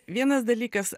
vienas dalykas